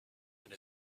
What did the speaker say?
and